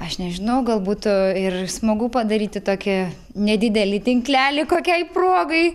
aš nežinau gal būtų ir smagu padaryti tokį nedidelį tinklelį kokiai progai